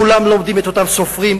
כולם לומדים את אותם סופרים,